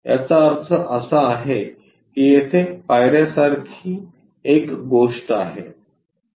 याचा अर्थ असा की येथे पायर्यासारखी एक गोष्ट आहे